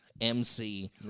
MC